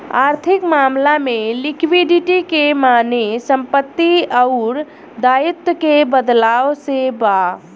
आर्थिक मामला में लिक्विडिटी के माने संपत्ति अउर दाईत्व के बदलाव से बा